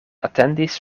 atendis